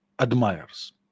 admires